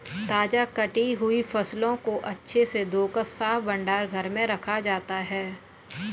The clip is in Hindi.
ताजा कटी हुई फसलों को अच्छे से धोकर साफ भंडार घर में रखा जाता है